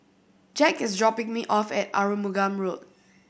Jack is dropping me off at Arumugam Road